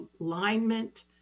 alignment